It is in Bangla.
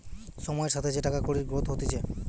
সময়ের সাথে যে টাকা কুড়ির গ্রোথ হতিছে